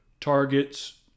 targets